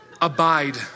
abide